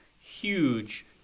huge